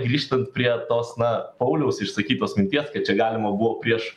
grįžtant prie tos na pauliaus išsakytos minties kad čia galima buvo prieš